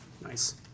Nice